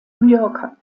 yorker